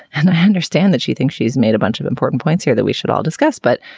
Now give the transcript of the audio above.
and i understand that she thinks she's made a bunch of important points here that we should all discuss. but,